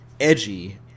edgy